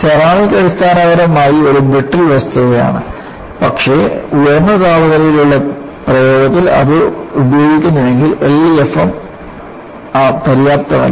ceramic അടിസ്ഥാനപരമായി ഒരു brittle വസ്തുവാണ് പക്ഷേ ഉയർന്ന താപനിലയിലുള്ള പ്രയോഗത്തിൽ ഇത് ഉപയോഗിക്കുകയാണെങ്കിൽ LEFM പര്യാപ്തമല്ല